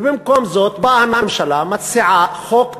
ובמקום זה באה הממשלה ומציעה חוק דורסני,